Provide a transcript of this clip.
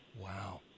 Wow